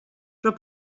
però